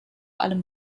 allem